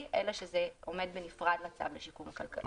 אלא שזה עומד בנפרד לצו לשיקום כלכלי.